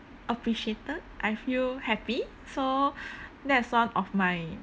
appreciated I feel happy so that's one of my